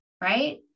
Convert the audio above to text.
right